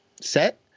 set